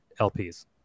LPs